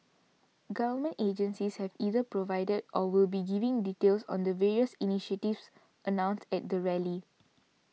government agencies have either provided or will be giving details on the various initiatives announced at the rally